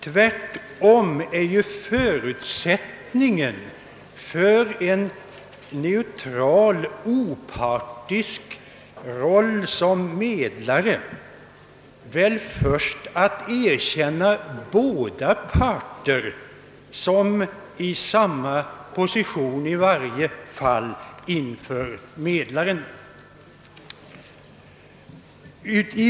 Tvärtom är väl den första förutsättningen för att vi skall kunna spela en neutral opartisk roll som medlare att vi erkänner båda parter stå i samma position i varje fall i förhållande till medlaren.